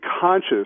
conscious